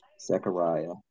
Zechariah